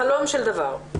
חלום של דבר.